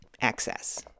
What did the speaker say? access